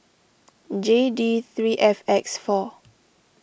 J D three F X four